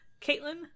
Caitlin